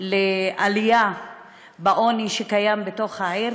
לעלייה בעוני שקיים בעיר,